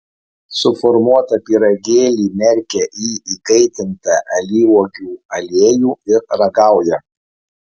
suformuotą pyragėlį merkia į įkaitintą alyvuogių aliejų ir ragauja